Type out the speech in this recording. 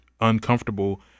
uncomfortable